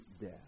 death